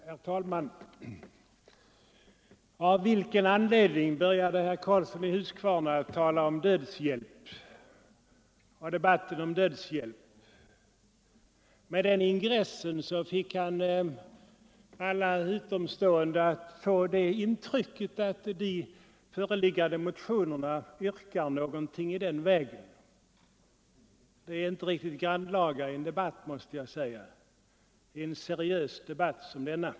Herr talman! Av vilken anledning började herr Karlsson i Huskvarna tala om dödshjälp? Med den ingressen gav han alla utomstående intrycket att de föreliggande motionerna yrkar någonting i det avseendet. Det är inte riktigt grannlaga i en seriös debatt som denna.